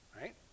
right